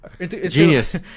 Genius